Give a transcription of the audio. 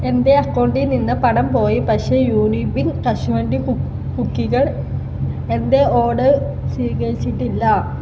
എന്റെ അക്കൗണ്ടിൽ നിന്ന് പണം പോയി പക്ഷേ യൂണീബിൻ കശുവണ്ടി കു കുക്കികൾ എന്റെ ഓഡർ സ്വീകരിച്ചിട്ടില്ല